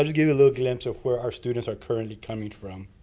and give you a little glimpse of where our students are currently coming from.